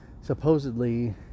supposedly